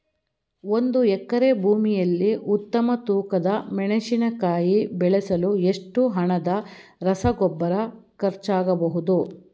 ಒಂದು ಎಕರೆ ಭೂಮಿಯಲ್ಲಿ ಉತ್ತಮ ತೂಕದ ಮೆಣಸಿನಕಾಯಿ ಬೆಳೆಸಲು ಎಷ್ಟು ಹಣದ ರಸಗೊಬ್ಬರ ಖರ್ಚಾಗಬಹುದು?